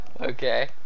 Okay